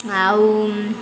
ଆଉ